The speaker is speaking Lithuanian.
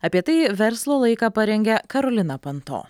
apie tai verslo laiką parengė karolina panto